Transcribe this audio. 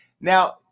Now-